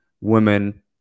women